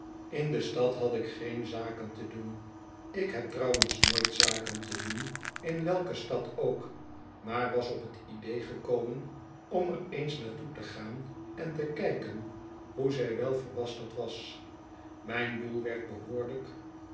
in de stad had ik geen zaken te doen ik heb trouwens nooit zaken te doen in welke stad ook maar was op t idee gekomen om er eens naar toe te gaan en te kijken hoe zij wel verbasterd was mijn doel werd behoorlijk